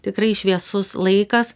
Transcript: tikrai šviesus laikas